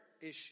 issue